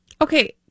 Okay